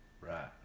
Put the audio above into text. Right